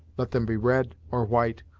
let them be red, or white,